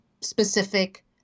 specific